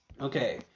Okay